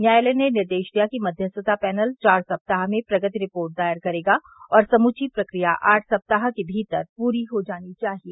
न्यायालय ने निर्देश दिया कि मध्यस्थता पैनल चार सप्ताह में प्रगति रिपोर्ट दायर करेगा और समूची प्रक्रिया आठ सप्ताह के भीतर पूरी हो जानी चाहिए